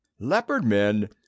Leopard-men